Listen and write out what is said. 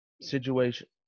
situation